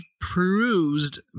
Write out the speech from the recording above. perused